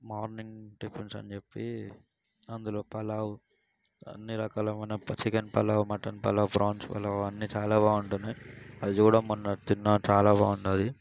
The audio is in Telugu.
మార్నింగ్ టిఫిన్స్ అని చెప్పి అందులో పలావ్ అన్నీ రకాల chicken pulao mutton pulao prawns pulao అన్నీ చాలా బాగుంటున్నాయి అది కూడా మొన్న తిన్నా చాలా బాగుంది